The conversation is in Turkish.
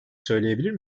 söyleyebilir